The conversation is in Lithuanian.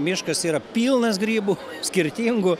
miškas yra pilnas grybų skirtingų